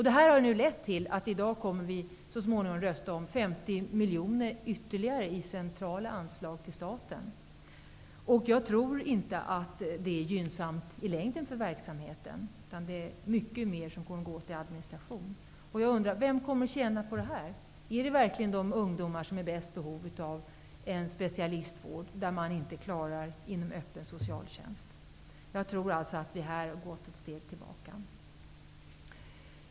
Det har nu lett till att vi i dag så småningom kommer att rösta om ytterligare 50 miljoner i centrala anslag i staten. Jag tror inte att det i längden är gynnsamt för verksamheten. Det kommer att gå åt mycket mer i administration. Jag undrar vem som kommer att tjäna på det här. Är det verkligen de ungdomar som är i bäst behov av en specialistvård som man inte klarar inom öppen socialtjänst som kommer att tjäna på det? Jag tror att vi här har gått ett steg tillbaka.